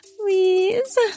Please